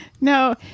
No